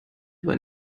über